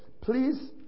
Please